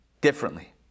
differently